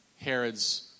Herod's